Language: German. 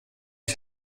ich